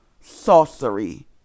sorcery